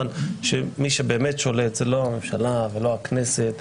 שמי שבאמת שולט זו לא הממשלה ולא הכנסת,